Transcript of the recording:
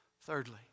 thirdly